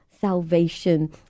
salvation